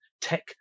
tech